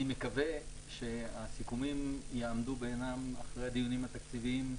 ואני מקווה שהסיכומים יעמדו בעינם אחרי הדיונים התקציביים.